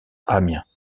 amiens